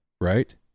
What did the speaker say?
right